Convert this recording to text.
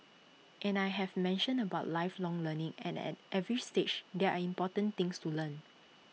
and I have mentioned about lifelong learning and at every stage there are important things to learn